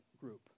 group